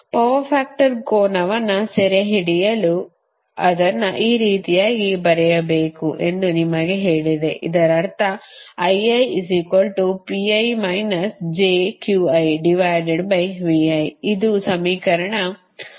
power factor ಕೋನವನ್ನು ಸೆರೆಹಿಡಿಯಲು ಅದನ್ನು ಈ ರೀತಿ ಬರೆಯಬೇಕು ಎಂದು ನಿಮಗೆ ಹೇಳಿದೆ ಇದರರ್ಥ ಇದು ಸಮೀಕರಣ 10